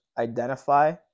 identify